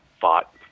fought